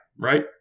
Right